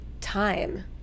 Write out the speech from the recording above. time